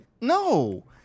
no